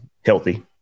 healthy